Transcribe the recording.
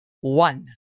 one